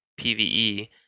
pve